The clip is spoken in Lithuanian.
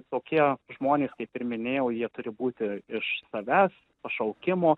tokie žmonės kaip ir minėjau jie turi būti iš savęs pašaukimo